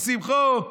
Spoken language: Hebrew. עושים חוק,